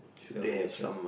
help relieve stress